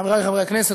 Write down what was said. חברי חברי הכנסת,